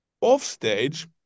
offstage